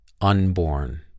unborn